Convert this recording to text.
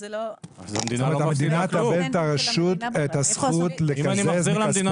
המדינה תאבד את הזכות לקזז מכספי